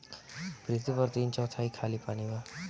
पृथ्वी पर तीन चौथाई खाली पानी बा